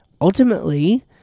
ultimately